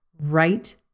right